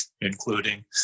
including